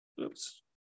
Oops